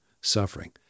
suffering